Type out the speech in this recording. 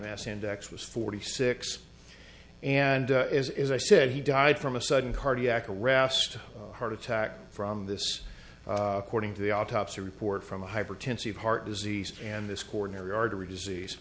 mass index was forty six and is as i said he died from a sudden cardiac arrest heart attack from this according to the autopsy report from hypertensive heart disease and this coronary artery disease